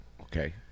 Okay